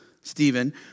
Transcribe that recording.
Stephen